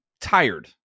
tired